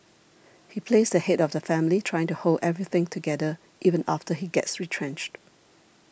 he plays the head of the family trying to hold everything together even after he gets retrenched